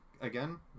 again